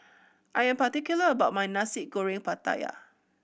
I am particular about my Nasi Goreng Pattaya